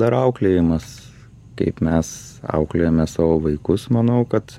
dar auklėjimas kaip mes auklėjame savo vaikus manau kad